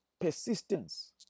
persistence